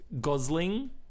Gosling